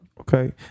Okay